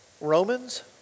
Romans